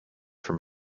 from